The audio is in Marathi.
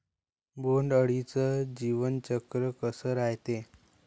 बोंड अळीचं जीवनचक्र कस रायते?